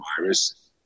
virus